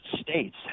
states